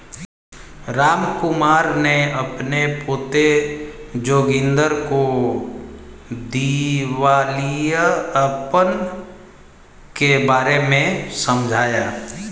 रामकुमार ने अपने पोते जोगिंदर को दिवालियापन के बारे में समझाया